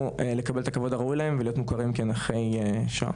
לקבל את הכבוד הראוי להם ולהיות מוכרים כנכי שואה.